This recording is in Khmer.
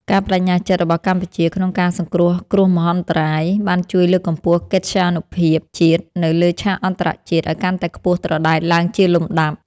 ការប្តេជ្ញាចិត្តរបស់កម្ពុជាក្នុងការសង្គ្រោះគ្រោះមហន្តរាយ បានជួយលើកកម្ពស់កិត្យានុភាពជាតិនៅលើឆាកអន្តរជាតិឱ្យកាន់តែខ្ពស់ត្រដែតឡើងជាលំដាប់។